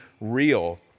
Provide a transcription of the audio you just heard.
real